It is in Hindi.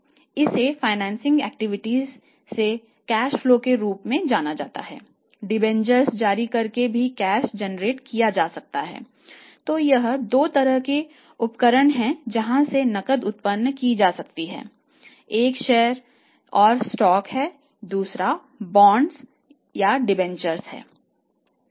इसे फाइनेंसिंग एक्टिविटीज है